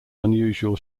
unusual